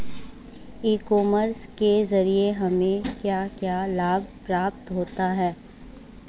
ई commerce के ज़रिए हमें क्या क्या लाभ प्राप्त होता है?